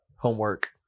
homework